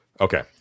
Okay